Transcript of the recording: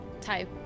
type